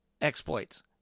exploits